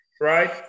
Right